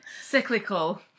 cyclical